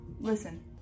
listen